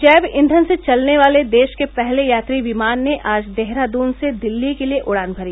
जैव ईघन से चलने वाले देश के पहले यात्री विमान ने आज देहरादून से दिल्ली के लिए उड़ान भरी